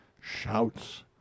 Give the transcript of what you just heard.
shouts